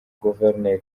guverineri